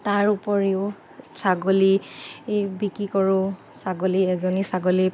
তাৰ উপৰিও ছাগলী বিক্ৰী কৰোঁ ছাগলী এজনী ছাগলী